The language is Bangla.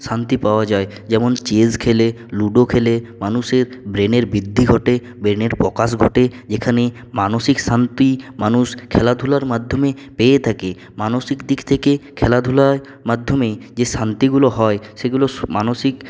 শান্তি পাওয়া যায় যেমন চেস খেললে লুডো খেললে মানুষের ব্রেনের বৃদ্ধি ঘটে ব্রেনের প্রকাশ ঘটে যেখানে মানসিক শান্তি মানুষ খেলাধুলার মাধ্যমে পেয়ে থাকে মানসিক দিক থেকে খেলাধুলার মাধ্যমে যে শান্তিগুলো হয় সেগুলো মানসিক